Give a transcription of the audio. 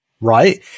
right